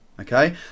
Okay